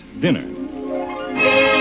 dinner